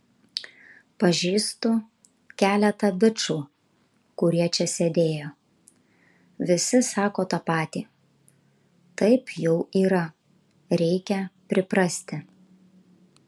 pažįstu keletą bičų kurie čia sėdėjo visi sako tą patį taip jau yra reikia priprasti